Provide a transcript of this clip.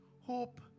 Hope